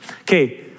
Okay